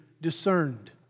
discerned